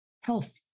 health